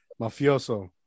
mafioso